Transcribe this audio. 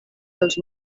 els